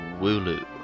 Wooloo